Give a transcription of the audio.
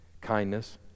kindness